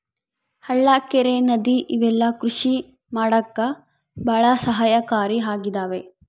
ಹಳ್ಳ ಕೆರೆ ನದಿ ಇವೆಲ್ಲ ಕೃಷಿ ಮಾಡಕ್ಕೆ ಭಾಳ ಸಹಾಯಕಾರಿ ಆಗಿದವೆ